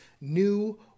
new